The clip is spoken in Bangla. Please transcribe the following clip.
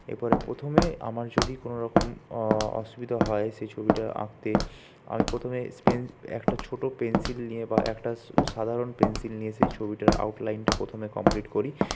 এরপরে প্রথমে আমার যদি কোনওরকম অসুবিধে হয় সেই ছবিটা আঁকতে আমি প্রথমে একটা ছোট পেন্সিল নিয়ে বা একটা সাধারণ পেন্সিল নিয়ে সেই ছবিটার আউটলাইনটা পথমে কমপ্লিট করি